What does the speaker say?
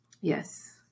yes